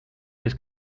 his